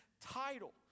title